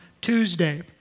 Tuesday